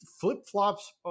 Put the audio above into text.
flip-flops